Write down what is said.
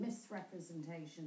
misrepresentation